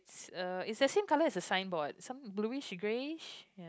uh it's the same colour as the signboard some bluish greyish